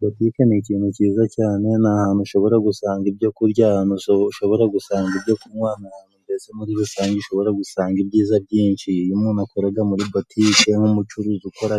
Butike ni ikintu cyiza cyane ,ni ahantu ushobora gusanga ibyo kurya ,ahantu ushobora gusanga ibyo kunywa mbese muri rusange ushobora gusanga ibyiza byinshi. Iyo umuntu akora muri botike nk'umucuruzi ukora